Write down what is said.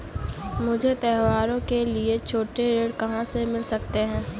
मुझे त्योहारों के लिए छोटे ऋण कहाँ से मिल सकते हैं?